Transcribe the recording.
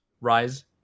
Rise